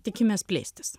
tikimės plėstis